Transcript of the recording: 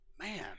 Man